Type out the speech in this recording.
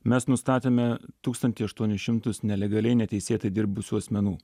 mes nustatėme tūkstantį aštuonis šimtus nelegaliai neteisėtai dirbusių asmenų